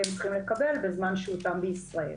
הם צריכים לקבל בזמן שהותם בישראל.